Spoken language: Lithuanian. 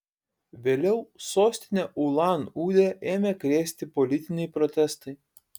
vėliau sostinę ulan udę ėmė krėsti politiniai protestai